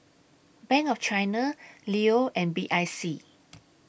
Bank of China Leo and B I C